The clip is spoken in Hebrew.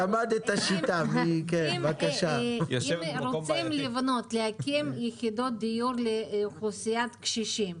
אם רוצים להקים יחידות דיור לאוכלוסיית קשישים,